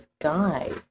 guy